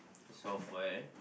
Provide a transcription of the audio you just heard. software